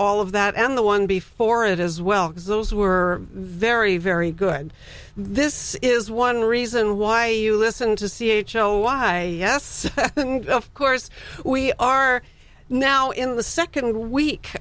all of that and the one before it as well as those who are very very good this is one reason why you listen to c h oh why yes of course we are now in the second week